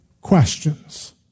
questions